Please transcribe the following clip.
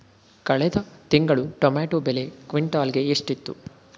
ಕಳೆದ ತಿಂಗಳು ಟೊಮ್ಯಾಟೋ ಬೆಲೆ ಕ್ವಿಂಟಾಲ್ ಗೆ ಎಷ್ಟಿತ್ತು?